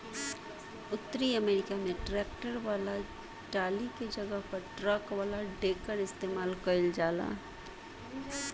उतरी अमेरिका में ट्रैक्टर वाला टाली के जगह पर ट्रक वाला डेकर इस्तेमाल कईल जाला